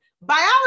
Biology